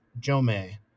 Jome